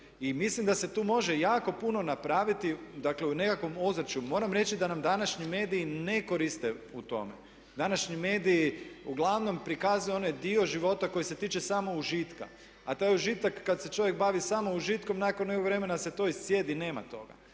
mislim da se tu može jako puno napraviti, dakle u nekakvom ozračju. Moram reći da nam današnji mediji ne koriste u tome. Današnji mediji uglavnom prikazuju onaj dio života koji se tiče samo užitka a taj užitak kada se čovjek bavi samo užitkom nakon nekog vremena se to iscijedi, nema toga.